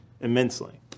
immensely